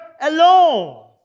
alone